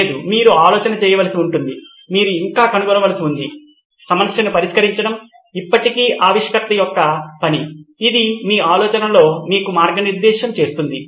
లేదు మీరు ఆలోచన చేయవలసి ఉంటుంది మీరు ఇంకా కనుగొనవలసి ఉంది సమస్యను పరిష్కరించడం ఇప్పటికీ ఆవిష్కర్త యొక్క పని ఇది మీ ఆలోచనలో మీకు మార్గనిర్దేశం చేస్తుంది